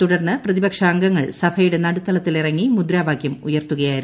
തുടർന്ന് പ്രതിപക്ഷ അംഗങ്ങൾ സഭയുടെ നടുത്തളത്തിൽ ഇറങ്ങി മുദ്രാവാക്യം ഉയർത്തുകയായിരുന്നു